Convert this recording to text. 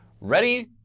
ready